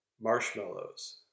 marshmallows